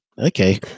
Okay